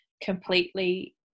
completely